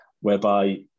whereby